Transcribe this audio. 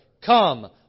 Come